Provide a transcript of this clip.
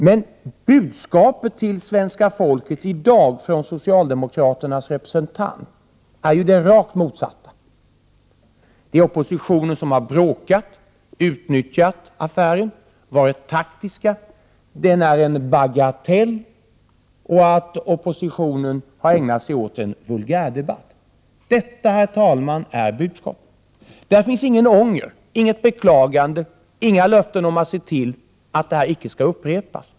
Men budskapet till svenska folket i dag från socialdemokraternas representant är det rakt motsatta: Det är oppositionen som har bråkat, utnyttjat affären och varit taktisk. Det här är en bagatell, och oppositionen har ägnat sig åt en vulgärdebatt. Detta, herr talman, är alltså budskapet. Här finns ingen ånger, inget beklagande och inga löften om att man skall se till att detta icke upprepas.